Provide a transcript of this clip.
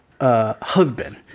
husband